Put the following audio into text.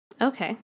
okay